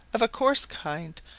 of a coarse kind,